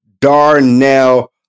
Darnell